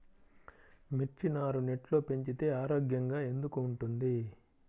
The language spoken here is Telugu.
మిర్చి నారు నెట్లో పెంచితే ఆరోగ్యంగా ఎందుకు ఉంటుంది?